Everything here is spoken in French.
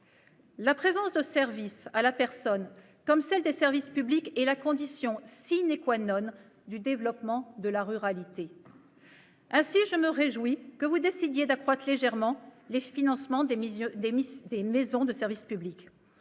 La présence de services à la personne, comme celle des services publics, est la condition du développement de la ruralité. Ainsi, je me réjouis que vous décidiez d'accroître légèrement les financements des maisons de services au public.